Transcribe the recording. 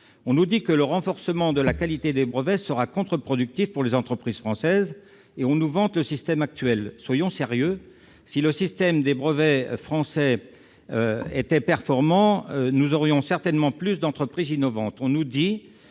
On nous dit que le renforcement de la qualité des brevets sera contreproductif pour les entreprises françaises et on nous vante le système actuel. Soyons sérieux : si le système de brevets français était si performant que cela, nous aurions certainement plus d'entreprises innovantes